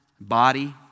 body